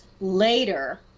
later